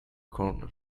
corner